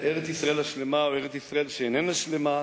ארץ-ישראל השלמה או ארץ-ישראל שאיננה שלמה,